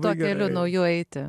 daugeliu naujų eiti